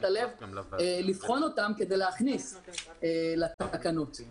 הלב שלכם ולבחון האם אפשר להכניס אותם לתקנות.